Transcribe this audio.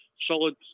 Solid